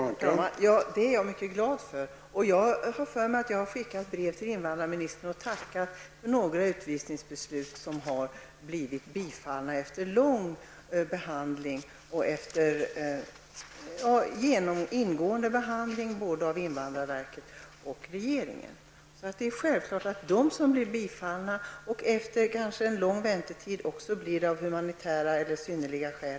Herr talman! Det är jag mycket glad över, och jag har skickat brev till invandrarministern och tackat för några av de utvisningsbeslut som inneburit bifall efter lång och ingående behandling av såväl invandrarverket som regeringen. Det är självklart att vi uppskattar bifall, även av humanitära och synnerliga skäl.